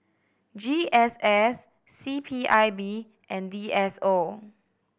G S S C P I B and D S O